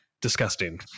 disgusting